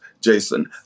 Jason